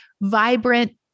vibrant